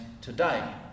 today